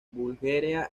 bulgaria